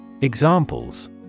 Examples